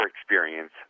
experience